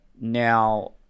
now